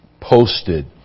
posted